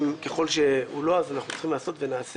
וככל שהוא לא מפרסם, אז אנחנו צריכים לעשות ונעשה.